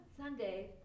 Sunday